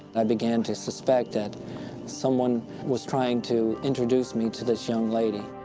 i began to suspect that someone was trying to introduce me to this young lady.